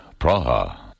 Praha